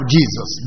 Jesus